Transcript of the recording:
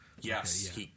Yes